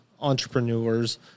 entrepreneurs